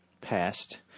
passed